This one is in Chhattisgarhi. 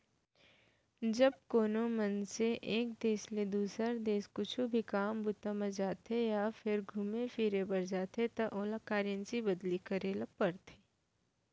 जब कोनो मनसे ल एक देस ले दुसर देस कुछु भी काम बूता म जाथे या फेर घुमे फिरे बर जाथे त ओला करेंसी बदली करे ल परथे